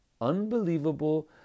unbelievable